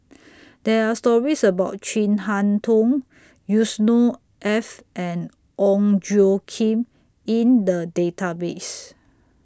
There Are stories about Chin Harn Tong Yusnor Ef and Ong Tjoe Kim in The Database